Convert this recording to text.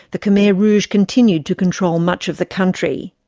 the khmer rouge continued to control much of the country.